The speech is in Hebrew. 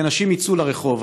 כי אנשים יצאו לרחוב.